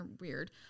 Weird